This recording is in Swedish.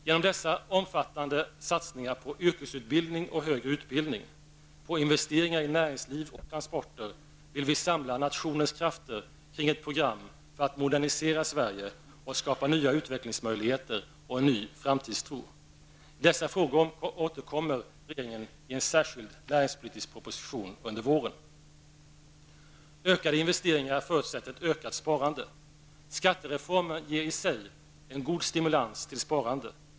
Genom dessa omfattande satsningar på yrkesutbildning och högre utbildning, på investeringar i näringsliv och transporter, vill vi samla nationens krafter kring ett program för att modernisera Sverige och skapa nya utvecklingsmöjligheter och en ny framtidstro. I dessa frågor återkommer regeringen i en särskild näringspolitisk proposition under våren. Ökade investeringar förutsätter ett ökat sparande. Skattereformen ger i sig en god stimulans till sparande.